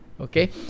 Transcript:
Okay